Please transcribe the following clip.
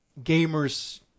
gamers